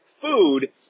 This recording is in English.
food